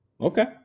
Okay